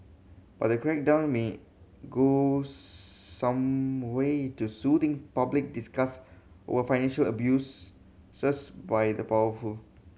but the crackdown may go some way to soothing public disgust over financial abuses by the powerful